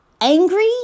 angry